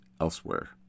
elsewhere